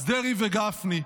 אז דרעי וגפני,